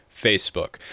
Facebook